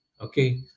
okay